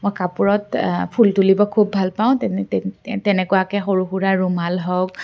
মই কাপোৰত ফুল তুলিব খুব ভাল পাওঁ তেনে তেনেকুৱাকে সৰু সুৰা ৰুমাল হওক